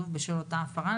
אנחנו סיימנו את הפרק הזה,